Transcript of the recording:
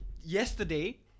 yesterday